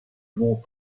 mont